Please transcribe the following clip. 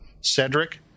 Cedric